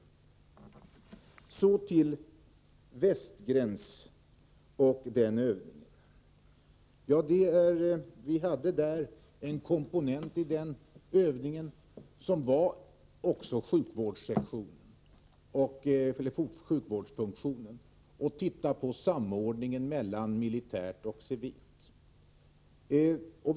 Beträffande övningen Västgräns vill jag framhålla att det som en komponent i denna ingick ett studium av samordningen mellan militärt och civilt i sjukvårdsfunktionen.